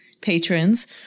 patrons